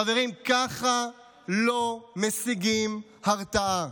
חברים, ככה לא משיגים הרתעה.